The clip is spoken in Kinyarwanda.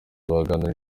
baganiriye